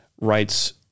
writes